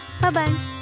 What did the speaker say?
Bye-bye